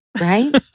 Right